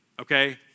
Okay